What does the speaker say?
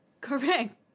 Correct